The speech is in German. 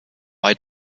bei